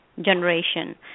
generation